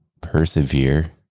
persevere